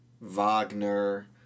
Wagner